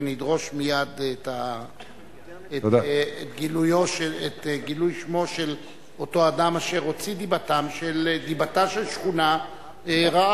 ונדרוש מייד את גילוי שמו של אותו אדם אשר הוציא דיבתה של שכונה רעה.